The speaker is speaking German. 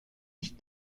nicht